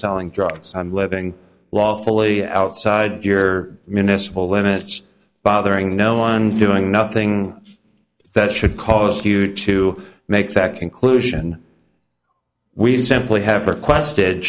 selling drugs i'm living lawfully outside your municipal limits bothering no one doing nothing that should cause q to make that conclusion we simply have requested